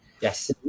yes